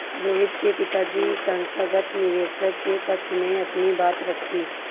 रोहित के पिताजी संस्थागत निवेशक के पक्ष में अपनी बात रखी